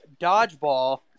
dodgeball